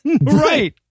right